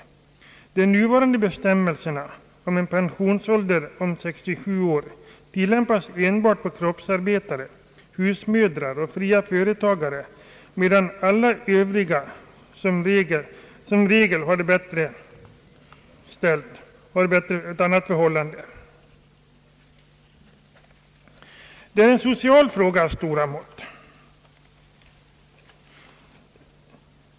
De nuvarande bestämmelserna om 67 års pensionsålder tillämpas enbart för kroppsarbetare, husmödrar och fria företagare, medan alla övriga har bättre regler och förbållanden. Det är en social fråga av stora mått.